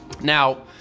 now